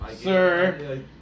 sir